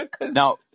Now